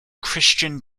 christian